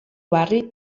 barri